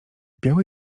biały